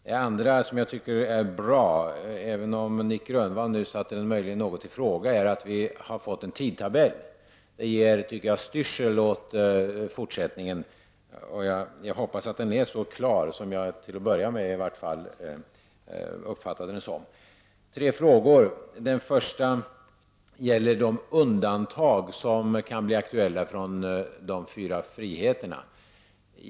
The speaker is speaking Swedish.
Dessutom tycker jag att det är bra — även om Nic Grönvall möjligen satte det något i fråga — att vi har fått en tidtabell. Jag tycker att det ger styrsel åt fortsättningen. Jag hoppas att den är så klar som jag till att börja med har uppfattat den. Min första fråga gäller de undantag som kan bli aktuella från de fyra friheterna.